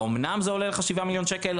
האומנם זה עולה לך 7 מיליון שקלים?